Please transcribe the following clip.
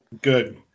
Good